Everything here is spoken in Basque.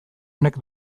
honek